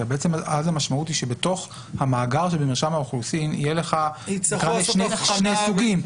כי אז המשמעות היא שבתוך המאגר שבמרשם האוכלוסין יהיו לך שני סוגים,